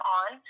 on